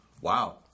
wow